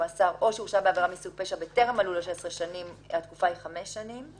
מאסר או שהורשע בעבירה מסוג פשע בטרם מלאו לו שש עשרה שנים חמש שנים,